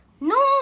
No